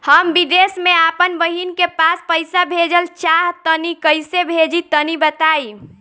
हम विदेस मे आपन बहिन के पास पईसा भेजल चाहऽ तनि कईसे भेजि तनि बताई?